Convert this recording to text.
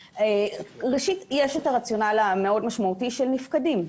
ראשית, יש את הרציונל המאוד משמעותי של נפקדים.